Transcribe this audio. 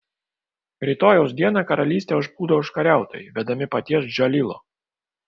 rytojaus dieną karalystę užplūdo užkariautojai vedami paties džalilo